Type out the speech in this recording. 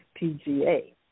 PGA